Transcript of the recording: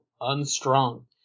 Unstrung